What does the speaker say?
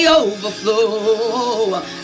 overflow